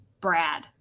Brad